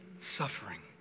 suffering